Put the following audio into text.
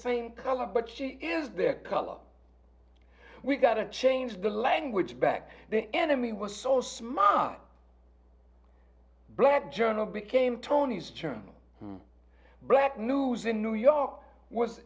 same color but she is their color we got to change the language back the enemy was so smom black journal became tony's term who black news in new york was